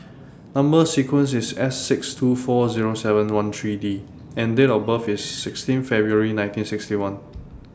Number sequence IS S six two four Zero seven one three D and Date of birth IS sixteen February nineteen sixty one